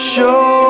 Show